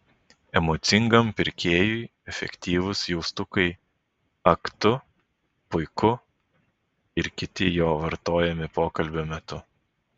emocingam pirkėjui efektyvūs jaustukai ak tu puiku ir kiti jo vartojami pokalbio metu